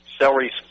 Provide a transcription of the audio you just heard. celery